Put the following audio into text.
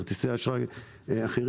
כרטיסי אשראי אחרים.